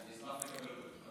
אני אשמח לקבל אותו בכתב.